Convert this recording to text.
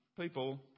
people